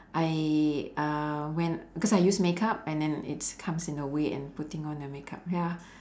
I uh when because I use makeup and then it's comes in the way in putting on the makeup ya